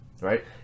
right